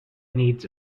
needs